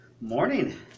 Morning